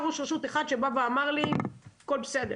ראש רשות אחד שבא ואמר לי שהכול בסדר,